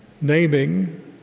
naming